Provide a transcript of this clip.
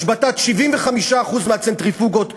השבתת 75% מה צנטריפוגות בפורדו,